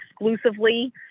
exclusively